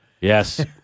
Yes